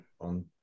on